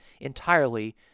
entirely